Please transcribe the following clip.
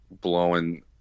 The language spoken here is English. blowing